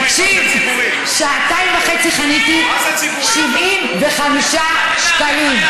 תקשיב, שעתיים וחצי חניתי, 75 שקלים.